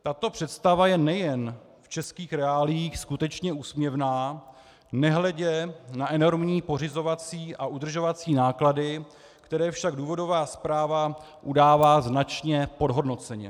Tato představa je nejen v českých reáliích skutečně úsměvná, nehledě na enormní pořizovací a udržovací náklady, které však důvodová zpráva udává značně podhodnoceně.